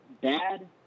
bad